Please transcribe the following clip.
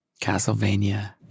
Castlevania